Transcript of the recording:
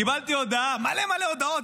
קיבלתי מלא מלא הודעות,